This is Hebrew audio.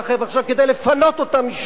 עכשיו,